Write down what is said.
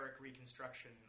reconstruction